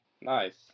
Nice